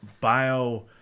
bio